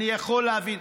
אני יכול להבין,